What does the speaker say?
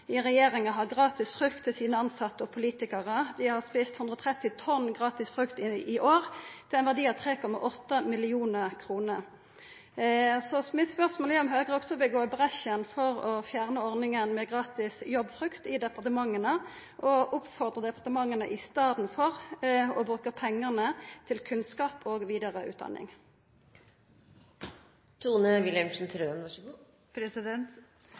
i regjeringa har gratis frukt til sine tilsette og politikarar. Dei har ete 130 tonn gratis frukt i år, til ein verdi av 3,8 mill. kr. Mitt spørsmål er om Høgre også vil gå i bresjen for å fjerna ordninga med gratis jobbfrukt i departementa og i staden oppfordra departementa til å bruka pengane til kunnskap og vidare utdanning.